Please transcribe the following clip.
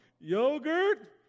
yogurt